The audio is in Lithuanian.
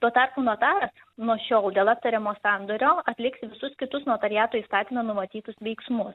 ir tuo tarpu notaras nuo šiol dėl aptariamo sandorio atliks visus kitus notariato įstatyme numatytus veiksmus